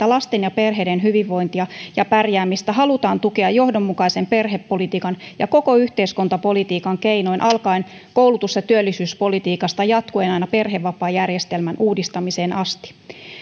lasten ja perheiden hyvinvointia ja pärjäämistä halutaan tukea johdonmukaisen perhepolitiikan ja koko yhteiskuntapolitiikan keinoin alkaen koulutus ja työllisyyspolitiikasta jatkuen aina perhevapaajärjestelmän uudistamiseen asti